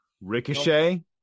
Ricochet